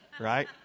right